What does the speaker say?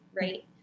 right